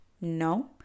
no